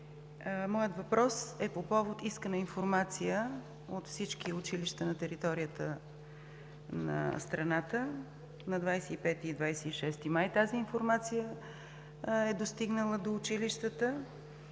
Въпросът ми е по повод искана информация от всички училища на територията на страната. На 25 и 26 май тази информация е достигнала до училищата.